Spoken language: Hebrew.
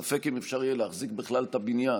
ספק אם אפשר יהיה להחזיק בכלל את הבניין.